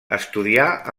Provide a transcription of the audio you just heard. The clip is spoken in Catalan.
estudià